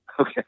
okay